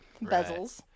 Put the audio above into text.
bezels